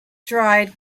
dried